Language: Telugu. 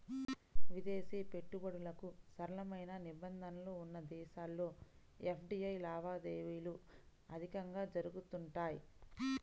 విదేశీ పెట్టుబడులకు సరళమైన నిబంధనలు ఉన్న దేశాల్లో ఎఫ్డీఐ లావాదేవీలు అధికంగా జరుగుతుంటాయి